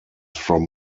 from